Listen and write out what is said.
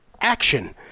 action